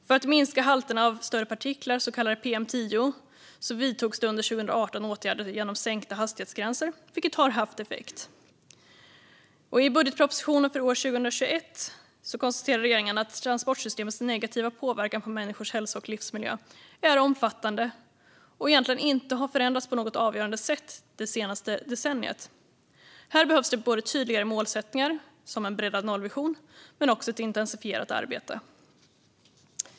För att minska halterna av större partiklar, så kallade PM10, vidtogs det under 2018 åtgärder genom sänkta hastighetsgränser, vilket har haft effekt. I budgetpropositionen för år 2021 konstaterar regeringen att transportsystemets negativa påverkan på människors hälsa och livsmiljö är omfattande och egentligen inte har förändrats på något avgörande sätt det senaste decenniet. Här behövs det både tydligare målsättningar, som en breddad nollvision, och ett intensifierat arbete.